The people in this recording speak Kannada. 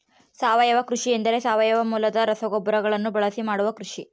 ಸಾವಯವ ಕೃಷಿ ಎಂದರೆ ಸಾವಯವ ಮೂಲದ ರಸಗೊಬ್ಬರಗಳನ್ನು ಬಳಸಿ ಮಾಡುವ ಕೃಷಿ